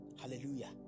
Hallelujah